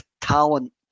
talent